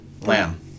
Lamb